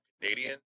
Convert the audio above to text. Canadian